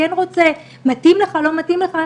אם מתאים לך או לא מתאים לך.